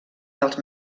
dels